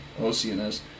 Oceanus